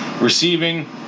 Receiving